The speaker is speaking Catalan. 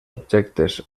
objectes